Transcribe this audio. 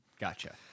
Gotcha